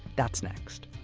that's next